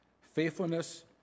faithfulness